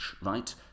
right